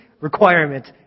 requirement